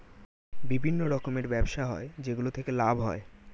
বিভিন্ন রকমের ব্যবসা হয় যেগুলো থেকে লাভ হয়